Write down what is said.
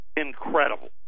incredible